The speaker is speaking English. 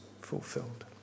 fulfilled